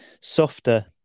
softer